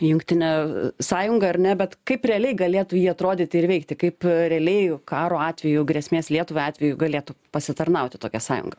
jungtinę sąjungą ar ne bet kaip realiai galėtų jį atrodyti ir veikti kaip realiai karo atveju grėsmės lietuvai atveju galėtų pasitarnauti tokia sąjunga